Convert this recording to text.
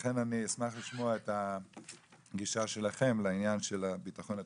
לכן אני אשמח לשמוע את הגישה שלכם לעניין של הביטחון התזונתי.